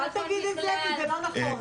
כולל מחקרים,